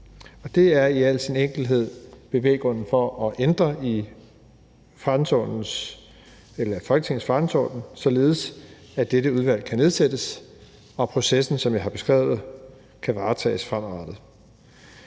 Det er i al sin enkelhed bevæggrunden for at ændre i Folketingets forretningsorden, således at dette udvalg kan nedsættes og processen, som jeg har beskrevet, kan varetages fremadrettet.